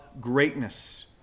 greatness